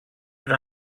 but